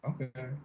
okay